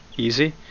easy